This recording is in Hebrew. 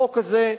החוק הזה,